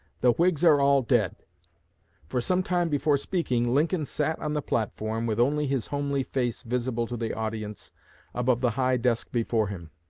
the whigs are all dead for some time before speaking, lincoln sat on the platform with only his homely face visible to the audience above the high desk before him.